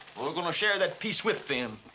we're gonna share that peace with them.